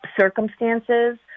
circumstances